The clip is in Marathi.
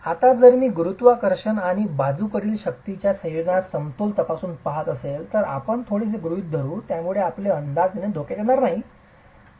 आता जर मी गुरुत्वाकर्षण आणि बाजूकडील शक्तींच्या संयोजनात समतोल तपासून पाहत असेल तर आपण थोडेसे गृहित धरू ज्यामुळे आपले अंदाज येथे धोक्यात येणार नाहीत